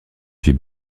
puis